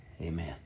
Amen